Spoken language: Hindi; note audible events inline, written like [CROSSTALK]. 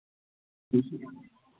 [UNINTELLIGIBLE]